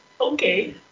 Okay